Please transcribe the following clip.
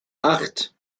acht